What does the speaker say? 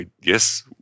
yes